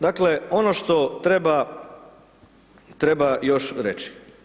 Dakle, ono što treba, treba još reći.